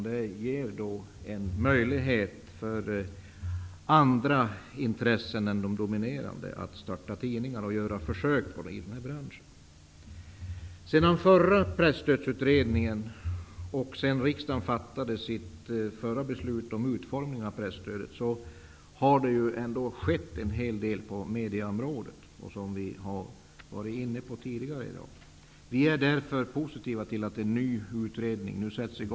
Det ger en möjlighet för andra intressen än de dominerande att starta tidningar och göra försök i den här branschen. Sedan förra presstödsutredningen och sedan riksdagen fattade sitt förra beslut om utformningen av presstödet har det ändå skett en hel del på medieområdet. Det har vi varit inne på tidigare i dag. Vi är därför positiva till att en ny utredning nu sätts i gång.